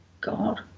god